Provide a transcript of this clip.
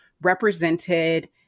represented